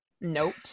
note